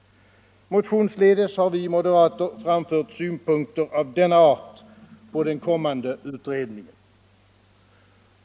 Motionsledes har vi moderater framfört synpunkter av denna art på den kommande utredningen.